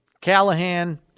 Callahan